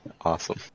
Awesome